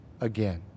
again